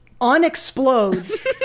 unexplodes